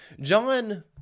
John